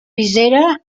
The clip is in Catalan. visera